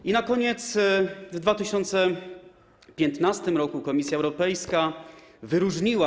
I na koniec: w 2015 r. Komisja Europejska wyróżniła